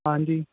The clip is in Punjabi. ਹਾਂਜੀ